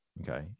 Okay